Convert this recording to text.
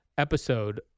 episode